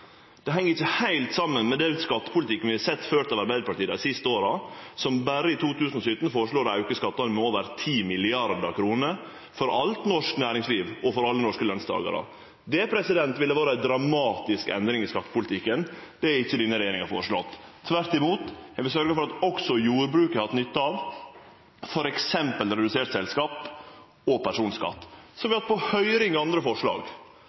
Det heng ikkje heilt saman med den skattepolitikken vi har sett dei siste åra frå Arbeidarpartiet, som berre i 2017 føreslår å auke skattane med over 10 mrd. kr for alt norsk næringsliv og for alle norske lønstakarar. Det ville ha vore ei dramatisk endring i skattepolitikken. Det har ikkje denne regjeringa føreslått, tvert imot: Eg vil sørgje for at også jordbruket får nytte av f.eks. redusert selskaps- og personskatt. Så har vi hatt andre forslag